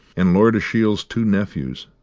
and lord ashiel's two nephews,